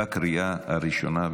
בקריאה הראשונה.